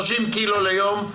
30 קילו ליום,